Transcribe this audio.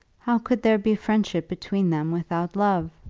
how could there be friendship between them without love?